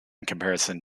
comparison